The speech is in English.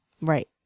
Right